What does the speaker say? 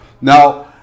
Now